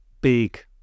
big